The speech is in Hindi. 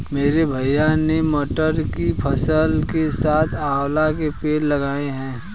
मेरे भैया ने मटर की फसल के साथ आंवला के पेड़ लगाए हैं